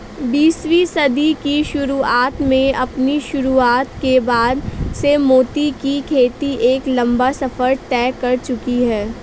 बीसवीं सदी की शुरुआत में अपनी शुरुआत के बाद से मोती की खेती एक लंबा सफर तय कर चुकी है